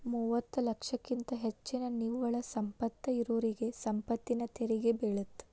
ಮೂವತ್ತ ಲಕ್ಷಕ್ಕಿಂತ ಹೆಚ್ಚಿನ ನಿವ್ವಳ ಸಂಪತ್ತ ಇರೋರಿಗಿ ಸಂಪತ್ತಿನ ತೆರಿಗಿ ಬೇಳತ್ತ